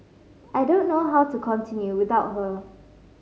I don't know how to continue without her